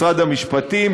משרד המשפטים,